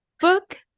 book